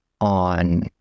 on